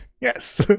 Yes